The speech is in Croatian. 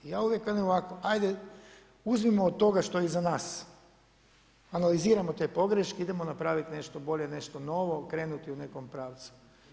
Ja uvijek velim ovako, ajde uzmimo od toga što je iza nas, analizirajmo te pogreške, idemo napraviti nešto bolje, nešto novo, krenuti u nekom pravcu.